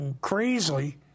crazily